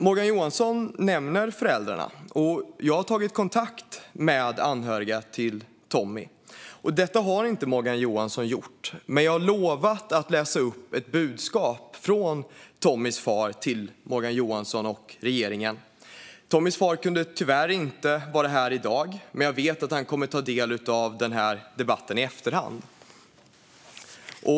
Morgan Johansson nämner föräldrarna. Jag har tagit kontakt med anhöriga till Tommie. Det har inte Morgan Johansson gjort. Men jag har lovat att läsa upp ett budskap från Tommies far till Morgan Johansson och regeringen. Tommies far kunde tyvärr inte vara här i dag. Men jag vet att han kommer att ta del av denna debatt i efterhand.